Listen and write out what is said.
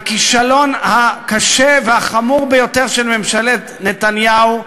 לכישלון הקשה והחמור ביותר של ממשלת נתניהו,